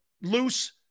loose